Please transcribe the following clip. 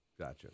Gotcha